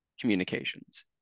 communications